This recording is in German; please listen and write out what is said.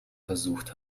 versucht